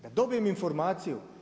Da dobim informaciju.